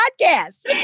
podcast